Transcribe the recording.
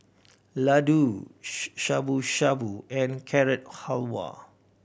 Ladoo Shabu Shabu and Carrot Halwa